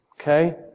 Okay